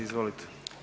Izvolite.